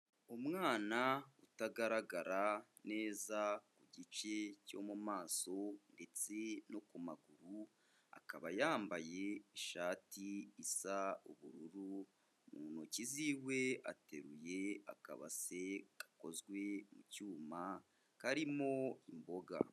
Umwana utagaragara neza ku gice cyo mu maso ndetse no ku maguru, akaba yambaye ishati isa ubururu mu ntoki ziwe ateruye akabase gakozwe mu cyuma karimo imboga.